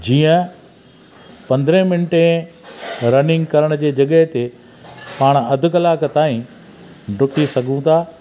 जीअं पंदरहें मिंटे रनिंग करण जे जॻहि ते पाण अधु कलाकु ताईं डुकी सघूं था